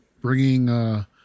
bringing